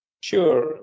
Sure